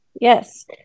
Yes